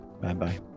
Bye-bye